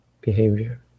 behavior